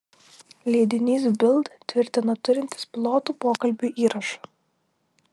leidinys bild tvirtina turintis pilotų pokalbių įrašą